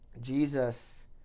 Jesus